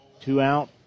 two-out